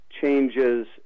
changes